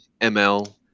ml